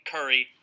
Curry